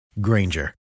Granger